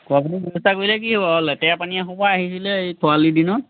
খোৱা পানী ব্যৱস্থা কৰিলে কি হ'ব আৰু লেতেৰা পানী এসোপা আহিছিলে এই খৰালি দিনত